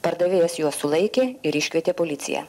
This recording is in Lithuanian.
pardavėjos juos sulaikė ir iškvietė policiją